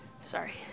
Sorry